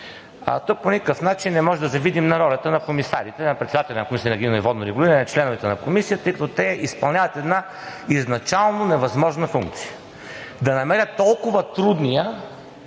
Тук по никакъв начин не можем да завидим на ролята на комисарите, на председателя на Комисията за енергийно и водно регулиране, на членовете на Комисията, тъй като те изпълняват една изначално невъзможна функция – да намерят толкова трудния